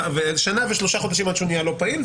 ושנה ושלושה חודשים עד שהוא נהיה לא פעיל,